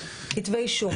כתבי אישום,